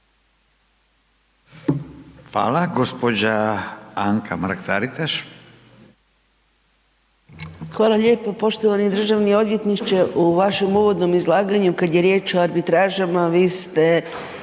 **Mrak-Taritaš, Anka (GLAS)** Hvala lijepo, poštovani državni odvjetniče u vašem uvodnom izlaganju kad je riječ o arbitražama vi ste